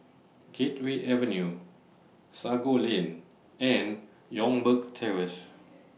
Gateway Avenue Sago Lane and Youngberg Terrace